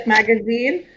Magazine